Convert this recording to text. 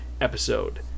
Episode